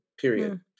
Period